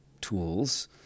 tools